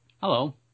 Hello